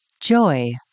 joy